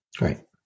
Right